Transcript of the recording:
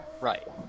Right